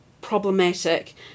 problematic